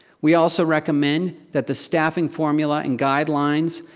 we also recommend that the staffing formula and guidelines